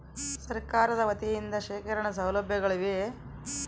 ಸರಕಾರದ ವತಿಯಿಂದ ಶೇಖರಣ ಸೌಲಭ್ಯಗಳಿವೆಯೇ?